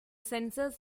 sensors